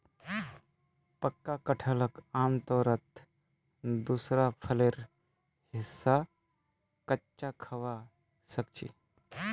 पक्का कटहलक आमतौरत दूसरा फलेर हिस्सा कच्चा खबा सख छि